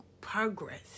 Progress